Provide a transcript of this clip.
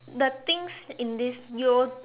the things in this you will